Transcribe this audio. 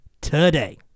today